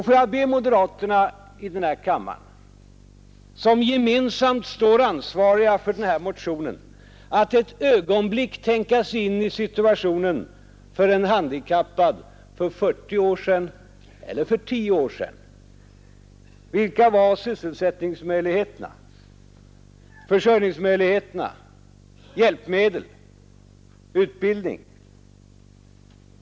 Får jag be moderaterna i denna kammare, som gemensamt står ansvariga för denna motion att ett ögonblick tänka sig in i situationen för en handikappad för 40 år sedan eller bara för 10 år sedan. Vilka var sysselsättningsmöjligheterna? Försörjningsmöjligheterna? Hjälpmedlen? Utbildningen?